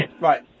Right